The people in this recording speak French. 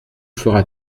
fera